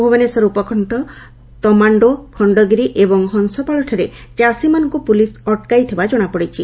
ଭୁବନେଶ୍ୱର ଉପକଶ୍ୱ ତମାଣ୍ଡୋ ଖଣ୍ଡଗିରି ଏବଂ ହଂସପାଳଠାରେ ଚାଷୀମାନଙ୍କୁ ପୁଲିସ୍ ଅଟକାଇଥିବା ଜଣାପଡ଼ିଛି